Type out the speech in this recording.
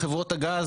בחברות הגז,